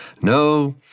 No